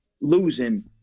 losing